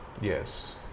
Yes